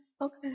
Okay